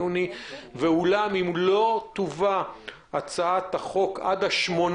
אולם, אם לא תובא הצעת החוק עד ה-8